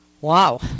Wow